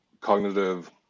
cognitive